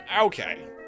okay